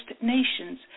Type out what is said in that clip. nations